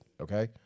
okay